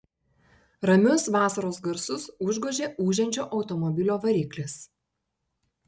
ramius vasaros garsus užgožė ūžiančio automobilio variklis